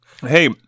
Hey